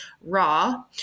raw